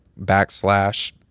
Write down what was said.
backslash